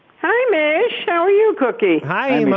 hi mish, how are you cookie? hi, imma!